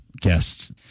guests